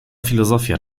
filozofia